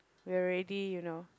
we're ready you know